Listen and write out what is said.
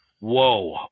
whoa